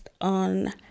on